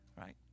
right